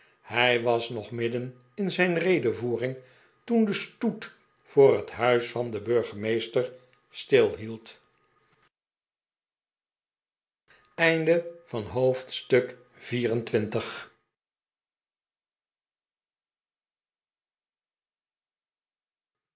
hij was nog midden in zijn redevoering tperi de stoet voor het huis van den burgemeester stilhield hoofdstuk xxv